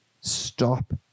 stop